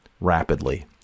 rapidly